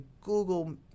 Google